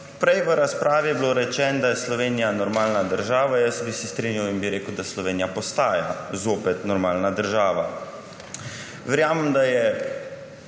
V razpravi je bilo rečeno, da je Slovenija normalna država. Jaz bi se strinjal in bi rekel, da Slovenija postaja zopet normalna država. Verjamem, da je,